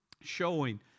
showing